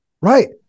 right